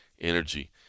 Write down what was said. energy